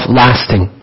lasting